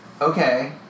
Okay